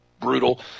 brutal